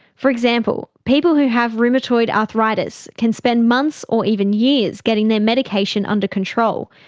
for example, people who have rheumatoid arthritis can spend months or even years getting their medication under control.